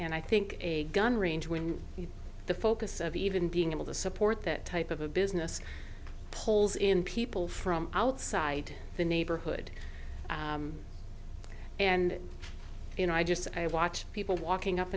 and i think a gun range when the focus of even being able to support that type of a business pulls in people from outside the neighborhood and you know i just i watch people walking up